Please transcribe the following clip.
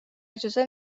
اجازه